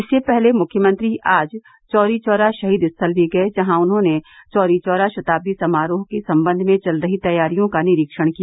इससे पहले मुख्यमंत्री आज चौरी चौरा शहीद स्थल भी गए जहां उन्होंने चौरा चौरा शताब्दी समारोह के सम्बंध में चल रही तैयारियों का निरीक्षण किया